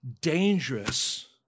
dangerous